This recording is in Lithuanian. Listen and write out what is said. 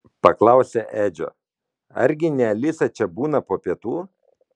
paklausė edžio argi ne alisa čia būna po pietų